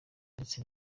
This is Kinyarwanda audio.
ndetse